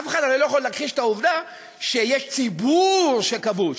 אף אחד לא יכול להכחיש את העובדה שיש ציבור שכבוש.